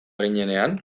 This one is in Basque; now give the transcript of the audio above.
ginenean